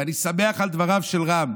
ואני שמח על דבריו של רם,